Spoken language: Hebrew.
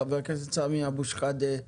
חבר הכנסת סמי אבו שחאדה,